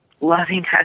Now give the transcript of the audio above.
loving